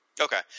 Okay